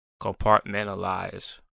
compartmentalize